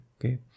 okay